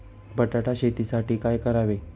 बटाटा शेतीसाठी काय करावे?